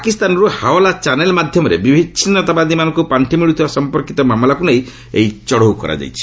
ପାକିସ୍ତାନର୍ ହାଓ଼ଲା ଚ୍ୟାନେଲ୍ ମାଧ୍ୟମରେ ବିଚ୍ଛିନ୍ଦୁତାବାଦୀମାନଙ୍କୁ ପାଣ୍ଡି ମିଳୁଥିବା ସମ୍ପର୍କିତ ମାମଲାକୁ ନେଇ ଏହି ଚଢାଉ କରାଯାଇଛି